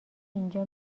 اینجا